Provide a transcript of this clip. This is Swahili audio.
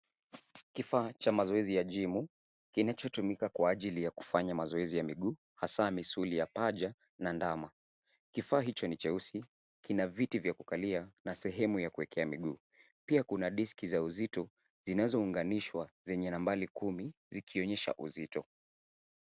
Kifaa cha mazoezi ya jimu kinachotumika kwa ajili ya kufanya mazoezi ya miguu hasa misuli ya paja na ndama. Kifaa hicho ni cheusi, kina kiti cha kukalia na sehemu ya kuwekea miguu. Pia kuna diski za uzito zinazounganishwa zenye nambari kumi zikionyesha uzito.